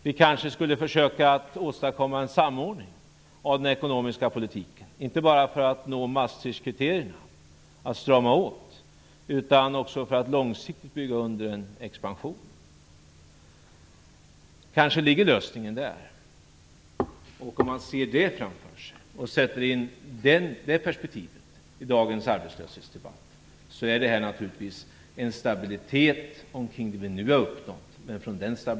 Vi kanske skulle försöka åstadkomma en samordning av den ekonomiska politiken, inte bara för att nå Maastrichtkriterierna, att strama åt, utan också för att långsiktigt bygga under en expansion. Kanske ligger lösningen där. Om man ser det framför sig och sätter in det perspektivet i dagens arbetslöshetsdebatt, kan man säga att vi har uppnått en stabilitet men att vi skall komma vidare från den.